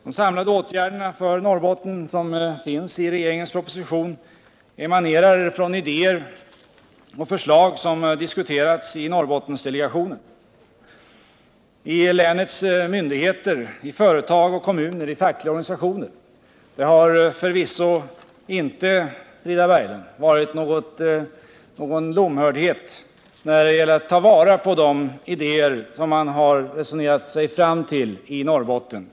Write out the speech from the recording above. De samlade åtgärderna för Norrbotten i regeringens proposition emanerar från idéer och förslag som har diskuterats i Norrbottensdelegationen, i länets myndigheter, i företag och kommuner, i fackliga organisationer. Det har förvisso inte, Frida Berglund, varit någon lomhördhet när det gäller att ta vara på de idéer som man har resonerat sig fram till i Norrbotten.